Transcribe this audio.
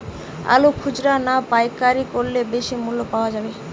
আলু খুচরা না পাইকারি করলে বেশি মূল্য পাওয়া যাবে?